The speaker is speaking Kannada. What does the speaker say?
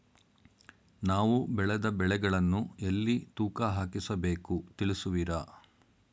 ನಾವು ಬೆಳೆದ ಬೆಳೆಗಳನ್ನು ಎಲ್ಲಿ ತೂಕ ಹಾಕಿಸ ಬೇಕು ತಿಳಿಸುವಿರಾ?